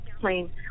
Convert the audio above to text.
plane